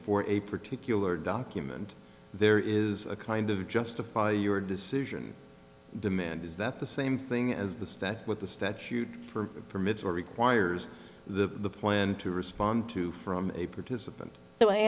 for a particular document there is a kind of justify your decision demand is that the same thing as the step with the statute for permits or requires the plan to respond to from a participant so i